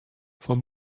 fan